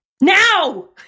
Now